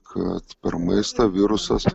kad per maistą virusas